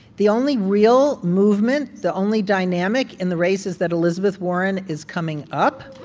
the only real movement, the only dynamic in the race, is that elizabeth warren is coming up